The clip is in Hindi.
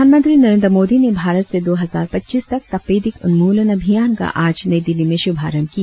प्रधानमंत्री नरेंद्र मोदी ने भारत से दो हजार पच्चीस तक तपेदिक उन्मूलन अभियान का आज नई दिल्ली में शुभारंभ किया